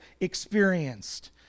experienced